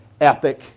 epic